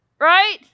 Right